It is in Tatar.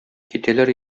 китәләр